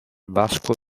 vasco